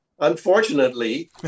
Unfortunately